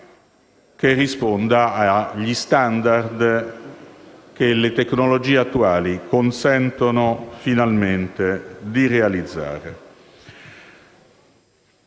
che risponda agli*standard* che le tecnologie attuali consentono finalmente di realizzare.